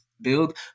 build